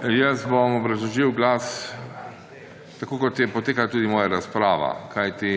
Jaz bom obrazložil glas tako, kot je potekala tudi moja razprava, kajti